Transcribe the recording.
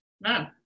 No